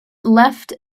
left